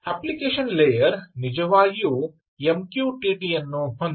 application layer ನಿಜವಾಗಿಯೂ MQTT ಅನ್ನು ಹೊಂದಿದೆ